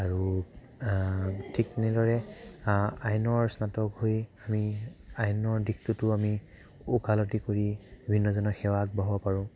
আৰু ঠিক তেনেদৰে আইনৰ স্নাতক হৈ আমি আইনৰ দিশটোতো আমি ওকালতি কৰি বিভিন্নজনক সেৱা আগবঢ়াব পাৰোঁ